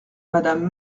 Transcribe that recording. madame